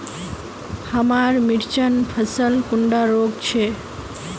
हमार मिर्चन फसल कुंडा रोग छै?